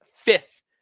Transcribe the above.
fifth